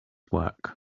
work